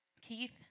Keith